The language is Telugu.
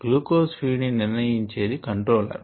గ్లూకోజ్ ఫీడ్ ని నిర్ణయించేది కంట్రోలర్